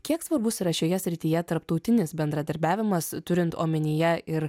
kiek svarbus yra šioje srityje tarptautinis bendradarbiavimas turint omenyje ir